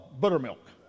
buttermilk